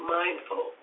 mindful